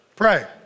Pray